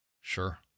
Sure